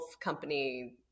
company